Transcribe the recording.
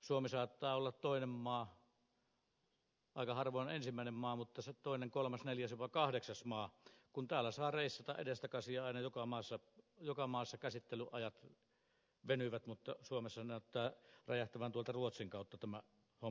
suomi saattaa olla toinen maa aika harvoin ensimmäinen maa mutta se toinen kolmas neljäs jopa kahdeksas maa kun täällä saa reissata edestakaisin ja aina joka maassa käsittelyajat venyvät mutta suomessa näyttää räjähtävän tuolta ruotsin kautta tämä homma käsiin